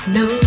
no